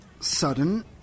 sudden